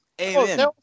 Amen